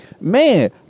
Man